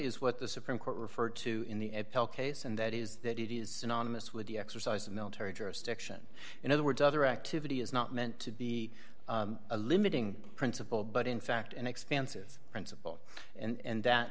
is what the supreme court referred to in the case and that is that it is synonymous with the exercise of military jurisdiction in other words other activity is not meant to be a limiting principle but in fact an expansive principle and that